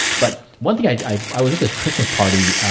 but, one thing i i was at this christmas party